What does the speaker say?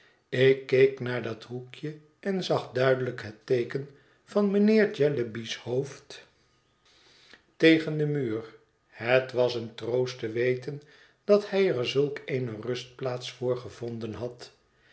ik keek naar dat hoekje en zag duidelijk het teeken van mijnheer jellyby's hoofd tegen den muur het was een troost te weten dat hij er zulk eene rustplaats voor gevonden had